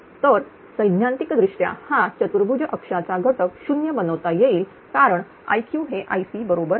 तर सैद्धांतिकदृष्ट्या हा चतुर्भुज अक्षाचा घटक 0 बनवता येईल कारण Iqहे Ic बरोबर आहे